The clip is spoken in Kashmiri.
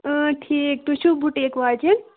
اۭں ٹھیٖک تُہۍ چھِو بُٹیٖک واجٮ۪نۍ